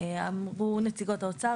אמרו נציגות האוצר,